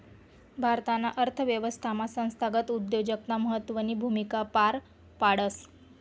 भारताना अर्थव्यवस्थामा संस्थागत उद्योजकता महत्वनी भूमिका पार पाडस